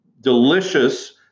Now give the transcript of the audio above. delicious